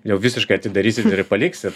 jau visiškai atsidarysit ir paliksit